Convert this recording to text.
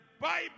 Bible